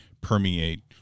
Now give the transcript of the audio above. permeate